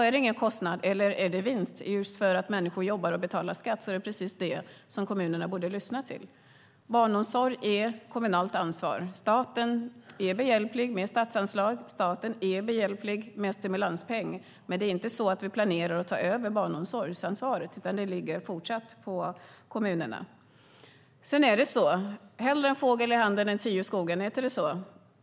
Är det ingen kostnad eller är det vinst just för att människor jobbar och betalar skatt är det precis det som kommunerna borde lyssna till. Barnomsorg är ett kommunalt ansvar. Staten är behjälplig med statsanslag. Staten är behjälplig med en stimulanspeng. Men det är inte så att vi planerar att ta över barnomsorgsansvaret. Det ligger fortsatt på kommunerna. Hellre en fågel i handen än tio i skogen, heter det så?